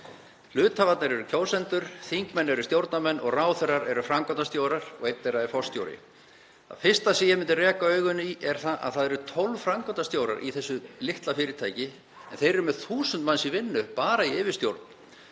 Hluthafarnir eru kjósendur, þingmenn eru stjórnarmenn og ráðherrar eru framkvæmdastjórar og einn þeirra er forstjóri. Það fyrsta sem ég myndi reka augun í er að það eru 12 framkvæmdastjórar í þessu litla fyrirtæki en þeir eru með 1.000 manns í vinnu bara í yfirstjórn.